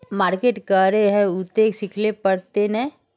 Market करे है उ ते सिखले पड़ते नय?